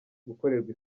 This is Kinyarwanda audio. gukorerwa